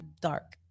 dark